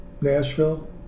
Nashville